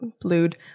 blued